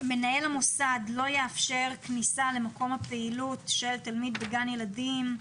מנהל המוסד לא יאפשר כניסה למקום הפעילות של תלמיד בגן ילדים,